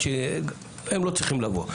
הם לא צריכים לבוא.